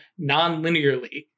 nonlinearly